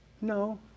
No